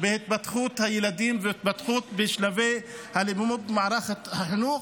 בהתפתחות הילדים והתפתחות בשלבי הלימוד במערכת החינוך,